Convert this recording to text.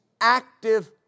active